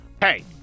Hey